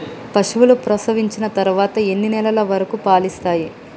పశువులు ప్రసవించిన తర్వాత ఎన్ని నెలల వరకు పాలు ఇస్తాయి?